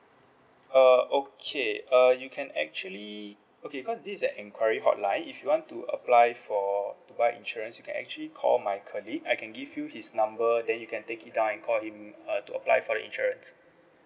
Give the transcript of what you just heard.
uh okay uh you can actually okay cause this is an enquiry hotline if you want to apply for to buy insurance you can actually call my colleague I can give you his number then you can take it down and call him uh to apply for the insurance